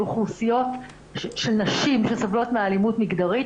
אוכלוסיות של נשים שסובלות מאלימות מגדרית,